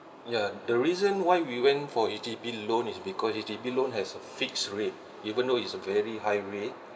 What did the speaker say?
ya the reason why we went for H_D_B loan is because H_D_B loan has a fixed rate even though it's a very high rate